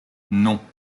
non